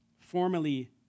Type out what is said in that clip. formerly